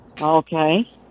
Okay